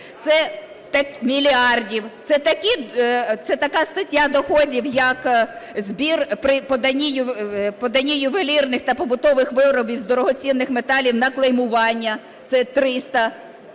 Це така стаття доходів, як збір при поданні ювелірних та побутових виробів з дорогоцінних металів на клеймування – це 300